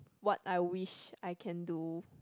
what I wish I can do